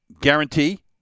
guarantee